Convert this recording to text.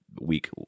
week